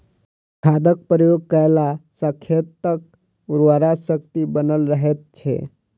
खादक प्रयोग कयला सॅ खेतक उर्वरा शक्ति बनल रहैत छै